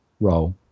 role